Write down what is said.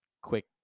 quick